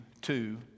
two